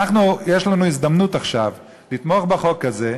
יש לנו הזדמנות עכשיו לתמוך בחוק הזה,